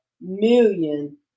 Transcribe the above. million